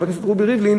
חבר הכנסת רובי ריבלין,